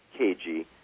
KG